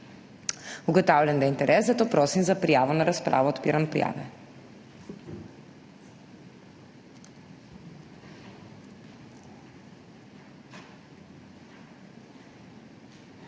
Ugotavljam, da je interes, zato prosim za prijavo na razpravo. Odpiram prijave.